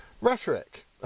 rhetoric